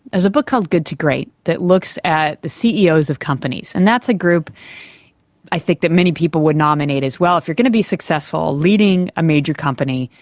a book called good to great that looks at the ceos of companies, and that's a group i think that many people would nominate as, well, if you're going to be successful leading a major company,